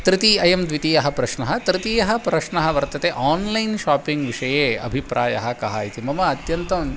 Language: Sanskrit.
तृतीयः अयं द्वितीयः प्रश्नः तृतीयः प्रश्नः वर्तते आन्लैन् शापिङ्ग् विषये अभिप्रायः कः इति मम अत्यन्तम्